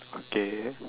okay